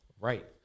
Right